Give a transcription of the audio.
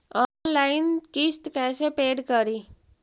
Online किस्त कैसे paid करि?